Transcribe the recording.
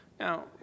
Now